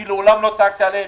אני מעולם לא צעקתי עליהם,